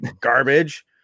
garbage